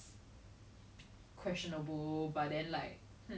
orh !huh! 他在 compare childhood versus adulthood